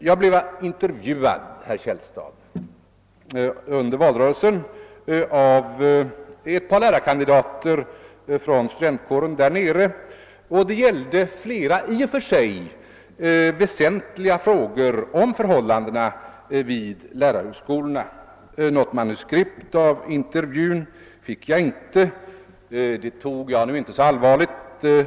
Jag blev intervjuad, herr Källstad, under valrörelsen av ett par lärarkandidater från studentkåren där nere och det gällde flera i och för sig väsentliga frågor om förhållandena vid lärarhögskolorna. Något manuskript av intervjun fick jag inte. Det tog jag nu inte så allvarligt.